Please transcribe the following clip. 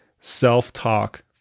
self-talk